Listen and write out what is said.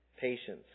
patience